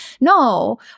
No